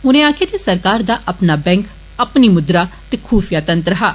उनें आक्खेआ जे इस सरकार दा अपना बैंक अपनी मुद्रा ते खूफिया तंत्र हा